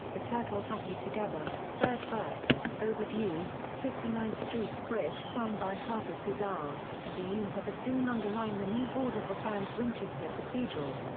the turtles happy together third verse overdub, fifty ninth street bridge song by harpers bizarre, and the yeah oompah bassoon underlying the new vaudeville band's winchester cathedral.